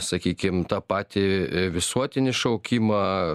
sakykim tą patį visuotinį šaukimą